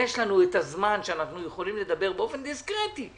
יש לנו את הזמן שאנחנו יכולים לדבר באופן דיסקרטי,